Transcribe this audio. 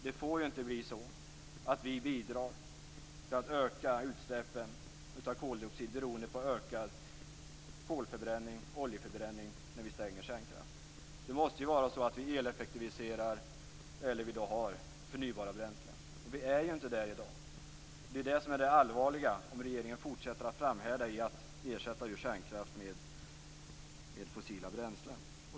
Det får inte bli så, att vi bidrar till att öka utsläppen av koldioxid beroende på ökad kolförbränning och oljeförbränning när kärnkraften stängs av. Vi måste eleffektivisera eller ha förnybara bränslen. Där är vi inte i dag, och det är detta som är det allvarliga, om regeringen fortsätter att framhärda med att ersätta kärnkraft med fossila bränslen.